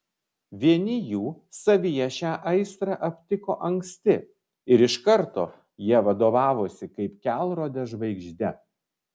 vieni jų savyje šią aistrą aptiko anksti ir iš karto ja vadovavosi kaip kelrode žvaigžde